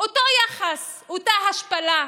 אותו יחס, אותה השפלה.